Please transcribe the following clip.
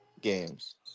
games